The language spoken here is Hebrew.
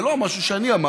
זה לא משהו שאני אמרתי.